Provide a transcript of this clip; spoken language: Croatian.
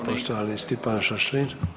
Poštovani Stipan Šašlin.